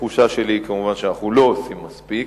התחושה שלי היא כמובן שאנחנו לא עושים מספיק,